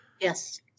Yes